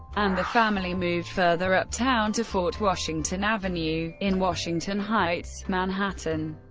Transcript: and the family moved further uptown to fort washington avenue, in washington heights, manhattan.